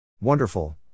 Wonderful